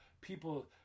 people